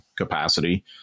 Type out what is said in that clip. capacity